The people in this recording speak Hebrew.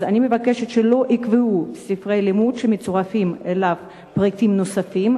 אני מבקשת שלא ייקבעו ספרי לימוד שמצורפים אליהם פריטים נוספים,